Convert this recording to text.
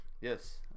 Yes